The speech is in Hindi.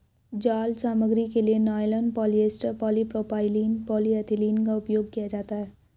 जाल सामग्री के लिए नायलॉन, पॉलिएस्टर, पॉलीप्रोपाइलीन, पॉलीएथिलीन का उपयोग किया जाता है